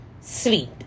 sleep